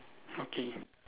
okay